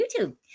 YouTube